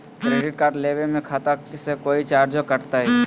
Credit card लेवे में खाता से कोई चार्जो कटतई?